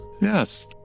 Yes